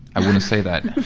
i wouldn't say that.